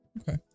Okay